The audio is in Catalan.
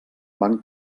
van